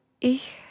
Ich